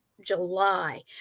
July